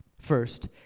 First